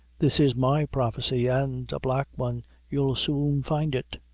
this is my prophecy, and a black one you'll soon find it.